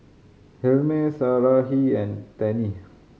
Helmer Sarahi and Tennie